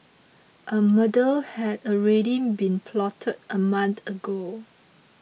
a murder had already been plotted a month ago